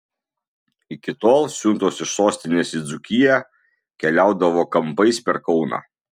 iki tol siuntos iš sostinės į dzūkiją keliaudavo kampais per kauną